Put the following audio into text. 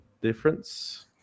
difference